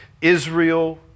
Israel